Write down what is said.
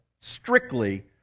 strictly